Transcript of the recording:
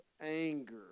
anger